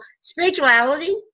spirituality